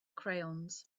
crayons